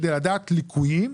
כדי לדעת ליקויים,